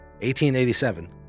1887